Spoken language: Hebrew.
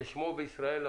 ששמו בישראל?